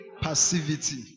passivity